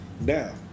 now